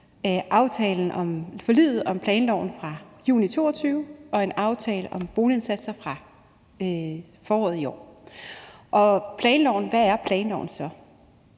aftalen om forliget om planloven fra juni 2022 og af en aftale om boligindsatser fra foråret i år. Hvad er planloven så?